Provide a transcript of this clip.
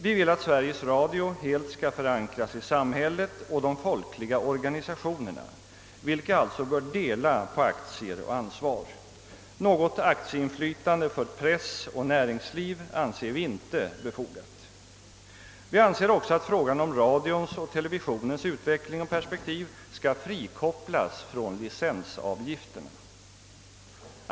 Vi vill att Sveriges Radio helt skall förankras i samhället och de folkliga organisationerna, vilka alltså bör dela aktier och ansvar. Något akticinflytande hos press och näringsliv anser vi inte befogat. Vi anser också att frågan om radions och televisionens utveck ling och perspektiv skall frikopplas från licensavgifterna.